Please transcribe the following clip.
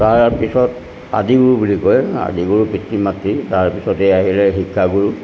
তাৰপিছত আদি গুৰু বুলি কয় আদি গুৰু পিতৃ মাতৃ তাৰপিছতে আহিলে শিক্ষাগুৰু